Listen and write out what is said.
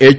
H